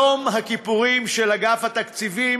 יום הכיפורים של אגף התקציבים.